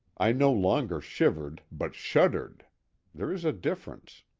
i no longer shivered but shuddered there is a difference.